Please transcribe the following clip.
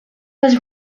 was